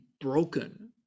broken